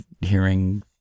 hearing